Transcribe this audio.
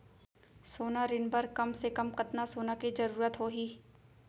सोना ऋण बर कम से कम कतना सोना के जरूरत होही??